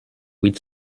huit